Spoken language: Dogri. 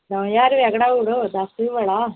दो ज्हार रपेआ घटाई ओड़ो दस बी बड़ा